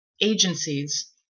agencies